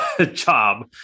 job